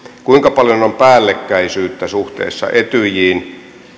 kuinka paljon on päällekkäisyyttä suhteessa etyjiin